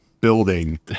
building